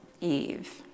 Eve